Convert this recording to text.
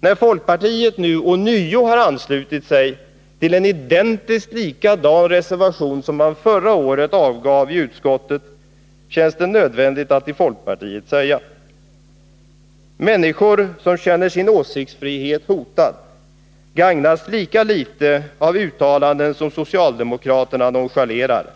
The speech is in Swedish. När folkpartiet nu ånyo har anslutit sig till en identiskt likadan reservation som den man förra året avgav i utskottet känns det nödvändigt att för folkpartiet göra följande påpekande: Människor som känner sin åsiktsfrihet hotad gagnas lika litet av uttalanden som socialdemokraterna nonchalerar